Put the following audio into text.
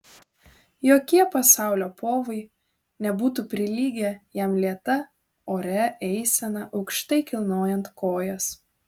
jokie pasaulio povai nebūtų prilygę jam lėta oria eisena aukštai kilnojant kojas